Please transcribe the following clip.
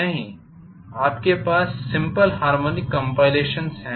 नहीं आपके पास सिंपल हारमॉनिक कम्पाइलेशंस है